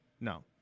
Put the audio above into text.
No